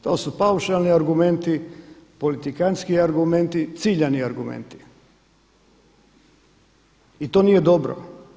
To su paušalni argumenti, politikantski argumenti, ciljani argumenti i to nije dobro.